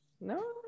No